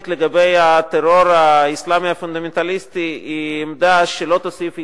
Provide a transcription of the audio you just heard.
לגבי הטרור האסלאמי הפונדמנטליסטי היא עמדה שלא תוסיף התלהבות,